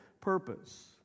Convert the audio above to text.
purpose